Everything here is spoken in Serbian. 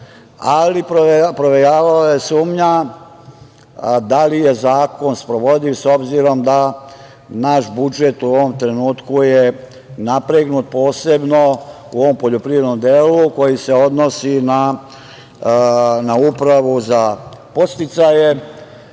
ali provejavala je sumnja da li je zakon sprovodljiv s obzirom da naš budžet u ovom trenutku je napregnut, posebno u ovom poljoprivrednom delu koji se odnosi na Upravu za podsticaje,